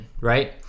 right